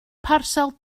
parsel